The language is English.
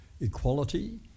equality